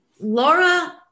Laura